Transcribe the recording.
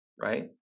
right